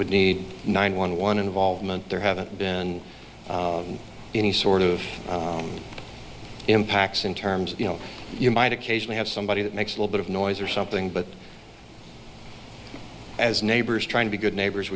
would need nine one one involvement there haven't been any sort of impacts in terms of you know you might occasionally have somebody that makes a little bit of noise or something but as neighbors trying to be good neighbors